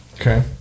okay